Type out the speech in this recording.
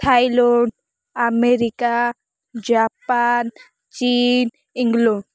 Thailand America Japan ଚୀନ୍ England